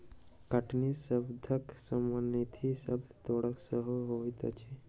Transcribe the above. कटनी शब्दक समानार्थी शब्द तोड़ब सेहो होइत छै